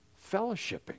fellowshipping